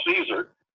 Caesar